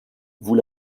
vous